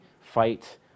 fight